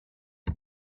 but